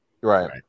Right